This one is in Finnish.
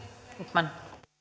arvoisa